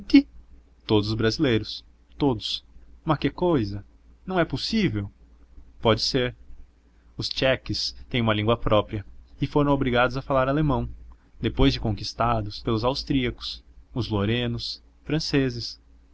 todos os brasileiros todos ma che cousa não é possível pode ser os tchecos têm uma língua própria e foram obrigados a falar alemão depois de conquistados pelos austríacos os lorenos franceses